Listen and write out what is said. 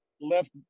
left